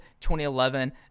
2011